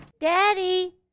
Daddy